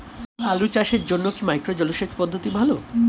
আলু চাষের জন্য কি মাইক্রো জলসেচ পদ্ধতি ভালো?